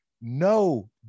no